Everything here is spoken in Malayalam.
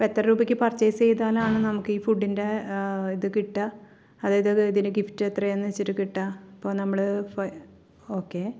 അപ്പോൾ എത്ര രൂപയ്ക്ക് പർച്ചെയ്സ് ചെയ്താലാണ് നമുക്ക് ഈ ഫുഡിൻ്റെ ഇത് കിട്ടുക അതായത് ഇതിന് ഗിഫ്റ്റ് എത്രയാണെന്ന് വെച്ചിട്ട് കിട്ടുക ഇപ്പോൾ നമ്മൾ ഓക്കെ